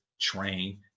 train